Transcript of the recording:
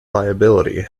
liability